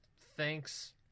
thanks